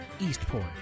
Eastport